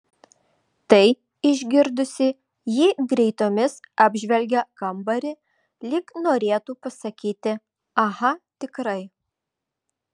tai išgirdusi ji greitomis apžvelgia kambarį lyg norėtų pasakyti aha tikrai